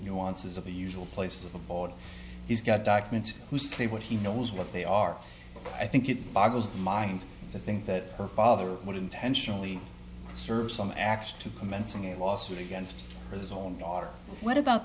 nuances of the usual place of abode he's got documents to see what he knows what they are i think it boggles the mind to think that her father would intentionally serve some action to commencing a lawsuit against his own daughter what about